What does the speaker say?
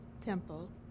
temple